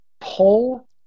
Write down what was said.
pull